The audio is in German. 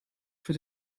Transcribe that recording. für